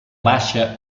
baixa